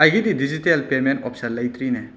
ꯑꯩꯒꯤꯗꯤ digital payment option ꯂꯩꯇ꯭ꯔꯤꯅꯦ